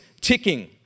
ticking